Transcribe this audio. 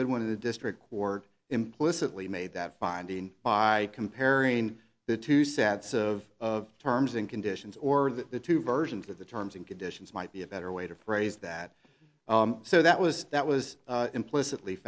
good one of the district board implicitly made that finding by comparing the two sets of of terms and conditions or that the two versions of the terms and conditions might be a better way to phrase that so that was that was implicitly